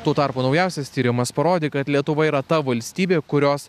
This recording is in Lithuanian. tuo tarpu naujausias tyrimas parodė kad lietuva yra ta valstybė kurios